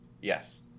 Yes